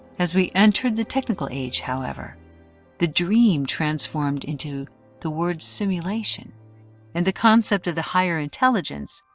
as we entered the technical age, however the dream transformed into the word simulation and the concept of the higher intelligence,